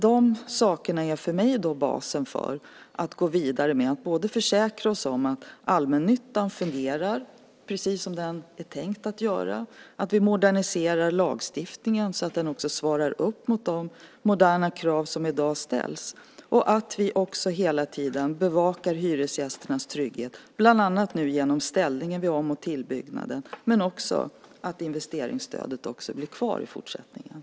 De saker som för mig är basen för att gå vidare är att försäkra oss om att allmännyttan fungerar precis så som den är tänkt att göra, att modernisera lagstiftningen så att den svarar upp mot de moderna krav som i dag ställs, att vi hela tiden bevakar hyresgästernas trygghet bland annat genom deras ställning vid till och ombyggnad och också att investeringsstödet blir kvar även i fortsättningen.